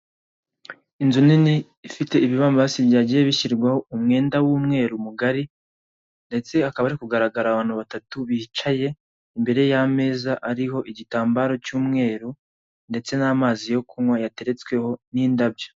Inzu nini ifite ibimbazi bagiye bishyirwaho umwenda w'umweru mugari ndetse hakaba harikugaragara abantu bicaye imbere y'ameza ariho igitambaro cy'umweru ndetse n'amazi yo kunywa yateretsweho n'indabyo.